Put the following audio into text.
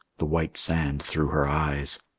the white sand through her eyes.